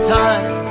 time